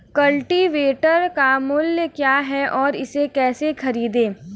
Cultivator का मूल्य क्या है और इसे कैसे खरीदें?